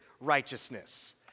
righteousness